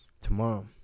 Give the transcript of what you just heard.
tomorrow